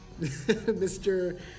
Mr